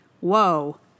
whoa